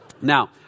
Now